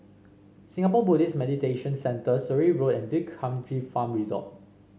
Singapore Buddhist Meditation Centre Surrey Road and D'Kranji Farm Resort